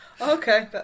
okay